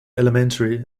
elementary